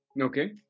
Okay